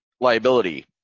liability